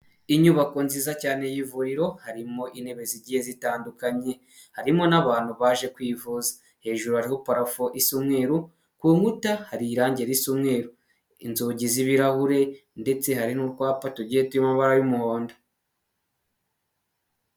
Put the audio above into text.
Inyubako nziza cyane y'ivuriro harimo intebe zigiye zitandukanye harimo n'abantu baje kwivuza hejuru hariho paraho isa umweru ku nkuta hari irangi risa umweru inzugi z'ibirahure ndetse hari n'utwapa tugiye turimo amabara y'umuhondo.